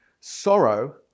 sorrow